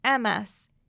MS